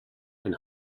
and